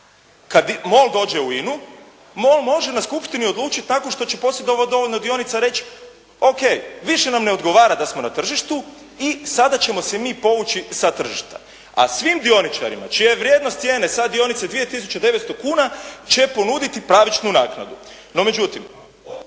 kad MOL dođe u INA-u MOL može na skupštini odlučiti tako što će posjedovati dovoljno dionica reći ok, više nam ne odgovara da smo na tržištu i sada ćemo se mi povući sa tržišta. A svim dioničara čija je vrijednost cijene sad dionice 2 tisuće 900 kuna će ponuditi pravičnu naknadu. No međutim,